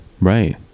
Right